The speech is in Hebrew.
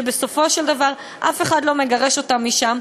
בסופו של דבר אף אחד לא מגרש אותם משם,